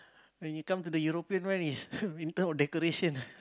when it come to the European one is winter or decoration